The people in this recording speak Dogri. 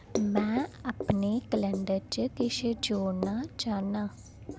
में अपने कैलेंडर च किश जोड़ना चाह्न्नां